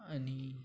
आणि